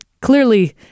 Clearly